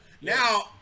Now